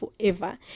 forever